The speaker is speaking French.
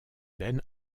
ben